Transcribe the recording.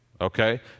Okay